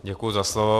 Děkuji za slovo.